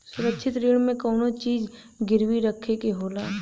सुरक्षित ऋण में कउनो चीज गिरवी रखे के होला